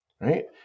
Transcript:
right